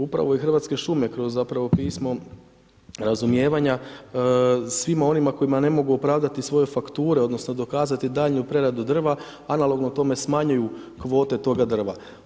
Upravo i Hrvatske šume, kroz zapravo pismo razumijevanja svima onima kojima ne mogu opravdati svoje fakture, odnosno dokazati daljnju preradu drva, analogno tome smanjuju kvote toga drva.